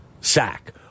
sack